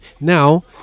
Now